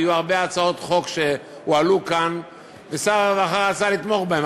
היו הרבה הצעות חוק שהועלו כאן ושר הרווחה רצה לתמוך בהן,